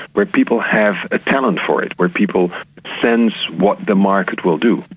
where people have a talent for it, where people sense what the market will do.